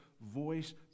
voice